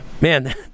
man